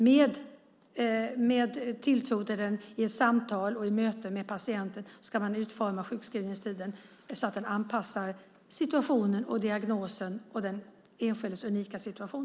Med tilltro och i möte med patienten ska man utforma sjukskrivningstiden så att den är anpassad till situationen, diagnosen och den enskildes unika situation.